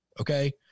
Okay